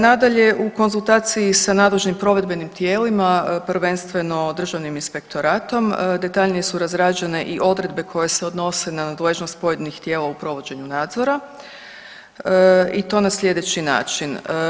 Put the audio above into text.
Nadalje, u konzultaciji sa nadležnim provedbenim tijelima, prvenstveno Državnim inspektoratom, detaljnije su razrađene i odredbe koje se odnose na nadležnost pojedinih tijela u provođenju nadzora i to na sljedeći način.